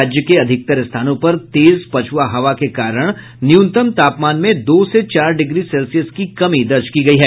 राज्य के अधिकतर स्थानों पर तेज पछुआ हवा के कारण न्यूनतम तापमान में दो से चार डिग्री सेल्सियस की कमी दर्ज की गयी है